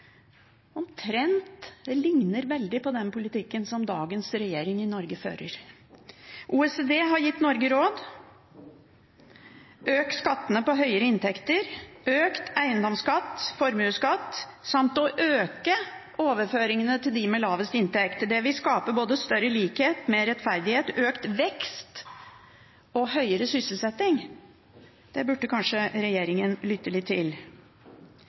det ligner veldig på den politikken som dagens regjering i Norge fører. OECD har gitt Norge råd om å øke skattene på høyere inntekter, å øke eiendomsskatten, formuesskatten samt å øke overføringene til dem med lavest inntekt. Det vil skape større likhet, mer rettferdighet, økt vekst og høyere sysselsetting. Det burde kanskje regjeringen lytte litt til.